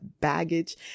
baggage